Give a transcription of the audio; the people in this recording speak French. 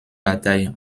batailles